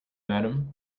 madam